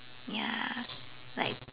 ya like